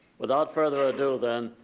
without further ado then,